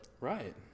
Right